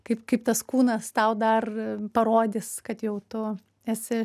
kaip kaip tas kūnas tau dar parodys kad jau tu esi